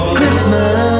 Christmas